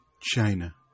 China